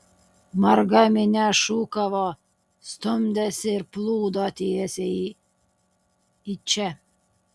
marga minia šūkavo stumdėsi ir plūdo tiesiai į čia